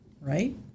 right